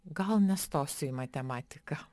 gal nestosiu į matematiką